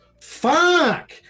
fuck